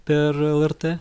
per lrt